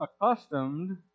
accustomed